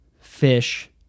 fish